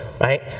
Right